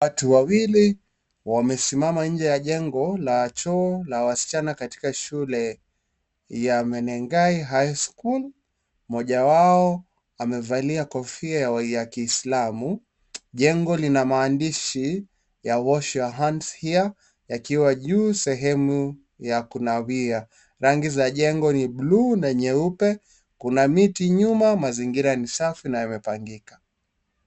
Watu wawili wamesima nje ya jengo la choo la wasichana katika shule ya Menengai High School. Mmoja wao amevalia kofia ya Kiislamu. Jengo lina maandishi ya Wash Your Hands Here yakiwa juu sehemu ya kunawia. Rang za jengo ni bluu na nyeupe, kuna miti nyuma, mazingira ni safi na yamepangika.